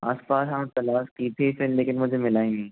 आस पास हाँ तलाश की थी फिर लेकिन मुझे मिला ही नहीं